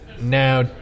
now